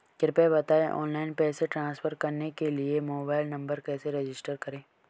कृपया बताएं ऑनलाइन पैसे ट्रांसफर करने के लिए मोबाइल नंबर कैसे रजिस्टर करें?